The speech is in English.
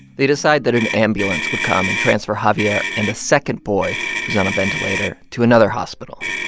they decide that an ambulance would come and transfer javier and a second boy who's on a ventilator to another hospital.